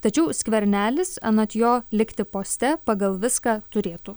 tačiau skvernelis anot jo likti poste pagal viską turėtų